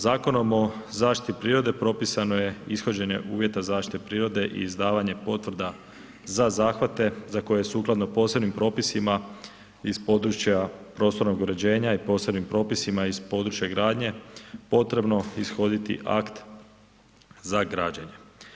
Zakonom o zaštiti prirode propisano je ishođenje uvjeta zaštite prirode i izdavanje potvrda za zahvate za koje je sukladno posebnim propisima iz područja prostornog uređenja i posebnim propisima iz područja gradnje potrebno ishoditi akt za građenje.